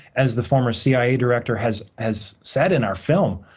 as the former cia director has has said in our film.